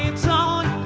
and song